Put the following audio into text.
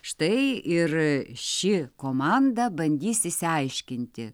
štai ir ši komanda bandys išsiaiškinti